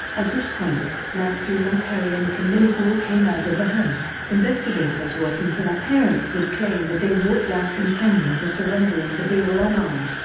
at this point, nancy ling perry and camilla hall came out of the house. investigators working for their parents would claim that they walked out intending to surrender and that they were unarmed,